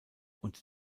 und